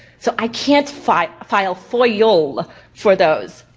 so i can't file file foil for those.